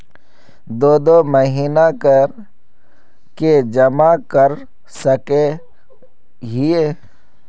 दो दो महीना कर के जमा कर सके हिये?